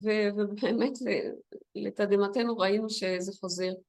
ובאמת לתדהמתנו ראינו שזה חוזר.